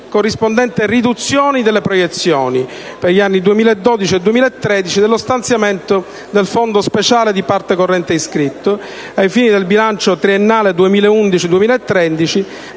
corrispondente riduzione delle proiezioni, per gli anni 2012 e 2013, dello stanziamento del fondo speciale di parte corrente iscritto, ai fini del bilancio triennale 2011-2013,